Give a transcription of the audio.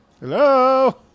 Hello